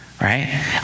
right